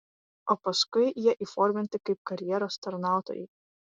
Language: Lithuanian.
o paskui jie įforminti kaip karjeros tarnautojai